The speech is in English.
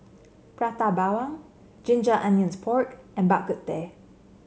Prata Bawang Ginger Onions Pork and Bak Kut Teh